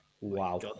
wow